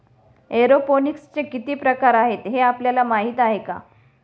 एरोपोनिक्सचे किती प्रकार आहेत, हे आपल्याला माहित आहे का?